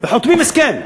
וחותמים הסכם.